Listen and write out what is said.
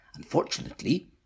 Unfortunately